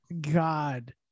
God